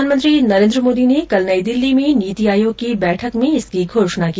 प्रधानमंत्री नरेन्द्र मोदी ने कल नई दिल्ली में नीति आयोग की बैठक में इसकी घोषणा की